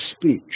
speech